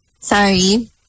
Sorry